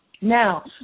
Now